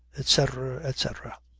etc. etc.